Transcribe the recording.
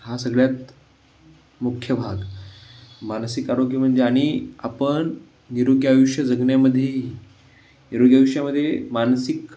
हा सगळ्यात मुख्य भाग मानसिक आरोग्य म्हणजे आणि आपण निरोगी आयुष्य जगण्यामध्ये निरोगी आयुष्यामध्ये मानसिक